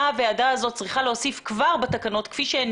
מה הוועדה הזו צריכה להוסיף בתקנות כפי שהן